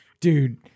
Dude